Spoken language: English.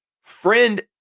Friend